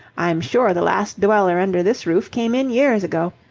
i'm sure the last dweller under this roof came in years ago.